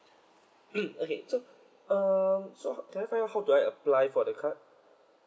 mm okay so um so can I find out how do I apply for the card